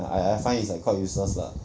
I I I find it's like quite useless lah